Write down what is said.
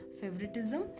favoritism